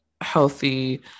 healthy